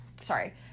sorry